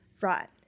right